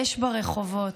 אש ברחובות,